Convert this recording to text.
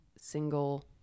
single